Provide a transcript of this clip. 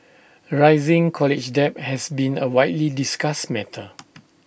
rising college debt has been A widely discussed matter